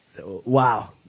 wow